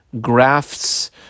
grafts